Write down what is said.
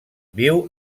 viu